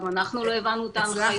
גם אנחנו לא הבנו את ההנחיות.